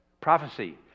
Prophecy